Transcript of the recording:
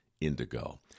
indigo